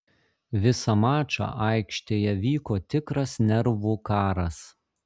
visą mačą aikštėje vyko tikras nervų karas